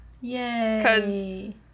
Yay